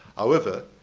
however,